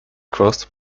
crossed